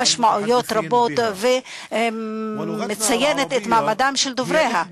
משמעויות רבות ומציינת את מעמדם של דובריה.